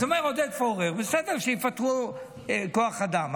אז אומר עודד פורר, בסדר, שיפטרו כוח אדם.